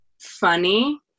funny